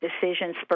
decisions